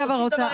עושים דבר אחד